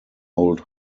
old